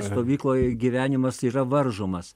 stovykloj ir gyvenimas yra varžomas